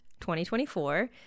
2024